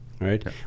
right